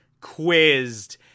quizzed